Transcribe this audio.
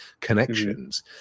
connections